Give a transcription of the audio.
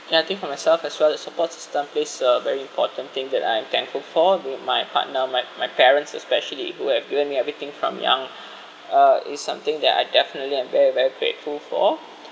and I think for myself as well as support system plays a very important thing that I'm thankful for with my partner my my parents especially who have given me everything from young uh is something that I definitely I'm very very grateful for